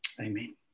Amen